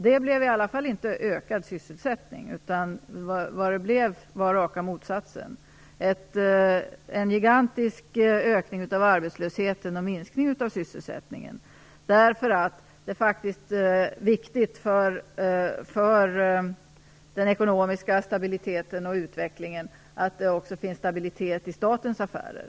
Det blev i alla fall inte ökad sysselsättning, utan raka motsatsen, en gigantisk ökning av arbetslösheten. Det är faktiskt viktigt för den ekonomiska stabiliteten och utvecklingen att det också finns stabilitet i statens affärer.